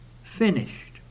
Finished